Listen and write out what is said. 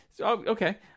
okay